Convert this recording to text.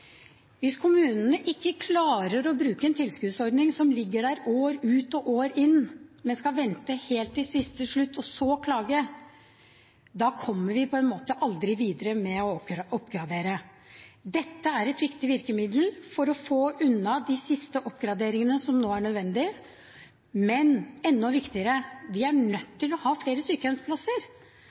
Hvis kommunene ikke klarer å bruke en tilskuddsordning som ligger der, år ut og år inn, men skal vente helt til siste slutt og så klage, kommer vi på en måte aldri videre med å oppgradere. Dette er et viktig virkemiddel for å få unna de siste oppgraderingene som nå er nødvendig. Men enda viktigere: Vi er nødt til å ha flere sykehjemsplasser.